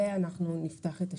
ואנחנו נפתח את השוק.